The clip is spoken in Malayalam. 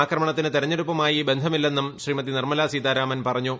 ആക്രമണത്തിന് തെരഞ്ഞെടുപ്പുമായി ബന്ധമില്ലെന്നും ശ്രീമതി നിർമ്മലാ സീതാരാമൻ പറഞ്ഞു